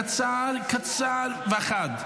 קצר קצר וחד.